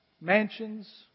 mansions